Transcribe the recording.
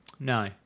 No